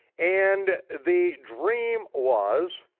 and the dream was,